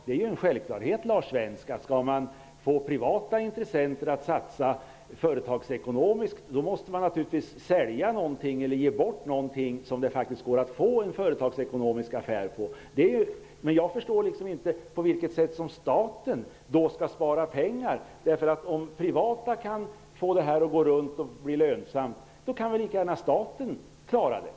Det är en självklart, Lars Svensk, att om man skall få privata intressenter att satsa företagsekonomiskt, måste man sälja någonting eller ge bort någonting som det går att göra en företagsekonomiskt lönsam affär på. Men jag förstår inte på vilket sätt staten skall kunna spara pengar. Om privata kan få det att gå runt och bli lönsamt, kan väl lika gärna staten klara det.